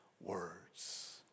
words